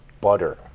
butter